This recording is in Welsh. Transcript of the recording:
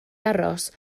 aros